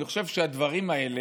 אני חושב שבדברים האלה,